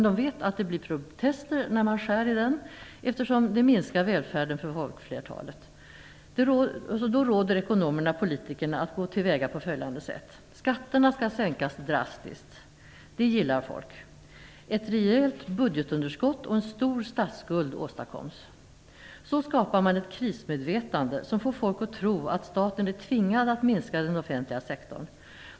De vet att det blir protester när man skär i den, eftersom det minskar välfärden för folkflertalet. Då råder ekonomerna politikerna att gå till väga på följande sätt. Skatterna skall sänkas drastiskt. Det gillar folk. Ett rejält budgetunderskott och en stor statsskuld åstadkoms. Så skapar man ett krismedvetande som får folk att tro att staten är tvingad att minska den offentliga sektorn.